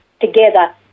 together